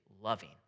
loving